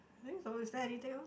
I think so is there anything else